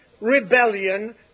rebellion